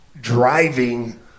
driving